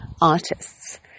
artists